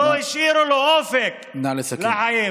לא השאירו לו אופק לחיים.